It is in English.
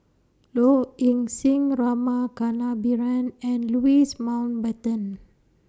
Low Ing Sing Rama Kannabiran and Louis Mountbatten